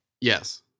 Yes